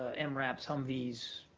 and mraps, humvees,